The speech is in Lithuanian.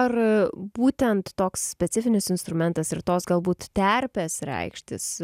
ar būtent toks specifinis instrumentas ir tos galbūt terpės reikštis